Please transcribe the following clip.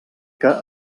que